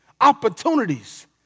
opportunities